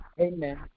Amen